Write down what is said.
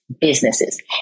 businesses